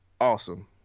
awesome